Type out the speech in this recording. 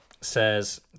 says